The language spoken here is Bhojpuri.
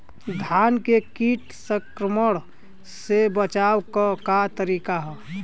धान के कीट संक्रमण से बचावे क का तरीका ह?